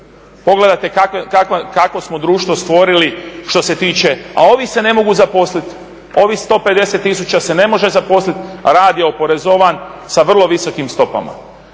Pogledajte kakvo smo društvo stvorili što se tiče a ovi se ne mogu zaposliti. Ovih 150 tisuća se ne može zaposliti a rad je oporezovan sa vrlo visokim stopama.